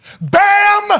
BAM